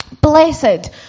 blessed